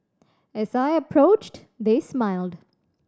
as I approached they smiled